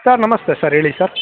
sir ನಮಸ್ತೆ sir ಹೇಳಿ sir